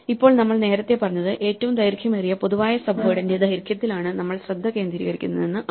ഇപ്പോൾ നമ്മൾ നേരത്തെ പറഞ്ഞത് ഏറ്റവും ദൈർഘ്യമേറിയ പൊതുവായ സബ്വേഡിന്റെ ദൈർഘ്യത്തിലാണ് നമ്മൾ ശ്രദ്ധ കേന്ദ്രീകരിക്കുന്നതെന്ന് ആണ്